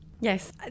Yes